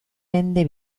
mende